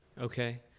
Okay